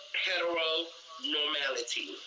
heteronormality